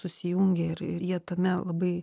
susijungę ir jie tame labai